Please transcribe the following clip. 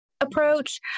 approach